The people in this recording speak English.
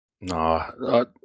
No